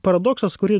paradoksas kurį